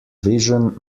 vision